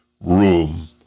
room